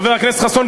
חבר הכנסת חסון,